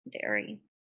dairy